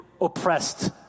oppressed